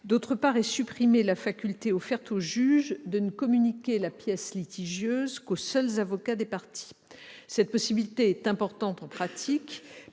D'autre part, est supprimée la faculté offerte au juge de ne communiquer la pièce litigieuse qu'aux seuls avocats des parties. Cette possibilité est importante en pratique,